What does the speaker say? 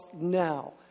now